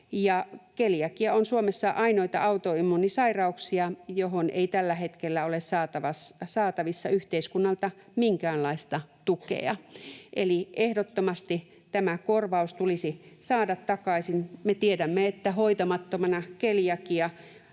Keliakia on Suomessa ainoita autoimmuunisairauksia, johon ei tällä hetkellä ole saatavissa yhteiskunnalta minkäänlaista tukea. Eli ehdottomasti tämä korvaus tulisi saada takaisin. Me tiedämme, että hoitamattomana keliakia